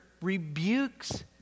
rebukes